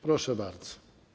Proszę bardzo.